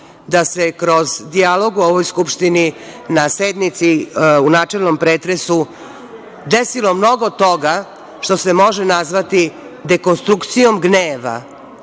da se kroz dijalog u ovoj Skupštini na sednici u načelnom pretresu desilo mnogo toga što se može nazvati dekonstrukcijom gneva,